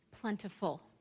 plentiful